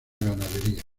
ganadería